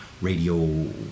radio